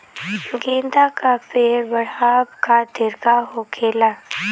गेंदा का पेड़ बढ़अब खातिर का होखेला?